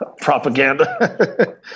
Propaganda